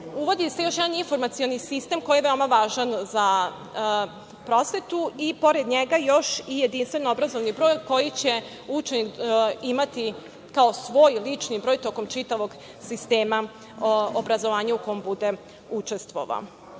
uvodi se još jedan informacioni sistem koji je veoma važan za prosvetu i pored njega još i jedinstveno obrazovni broj koji će učenik imati kao svoj lični broj tokom čitavog sistema obrazovanja u kom bude učestvovao. Pored